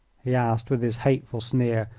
he asked, with his hateful sneer.